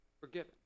forgiven